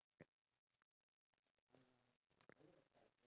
uh no I can use it all on my phone